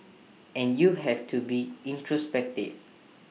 and you have to be introspective